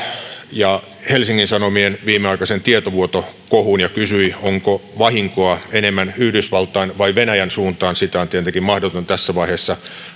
ja helsingin sano mien viimeaikaisen tietovuotokohun ja kysyi onko vahinkoa enemmän yhdysvaltain vai venäjän suuntaan sitä on tietenkin mahdoton tässä vaiheessa